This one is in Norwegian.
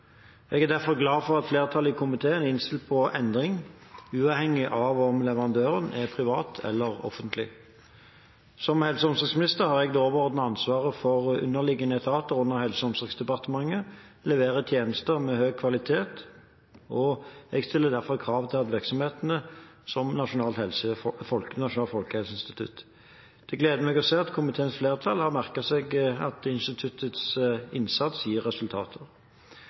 Jeg er derfor glad for at flertallet i komiteen er innstilt på endring, uavhengig av om leverandøren er privat eller offentlig. Som helse og omsorgsminister har jeg det overordnede ansvaret for at underliggende etater under Helse- og omsorgsdepartementet leverer tjenester med høy kvalitet, og jeg stiller derfor krav til virksomheten ved Nasjonalt folkehelseinstitutt. Det gleder meg å se at komiteens flertall har merket seg at instituttets innsats gir resultater.